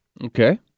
Okay